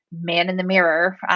man-in-the-mirror